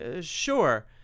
sure